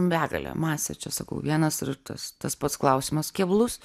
begalė masė čia sakau vienas ir tas tas pats klausimas keblus